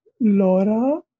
Laura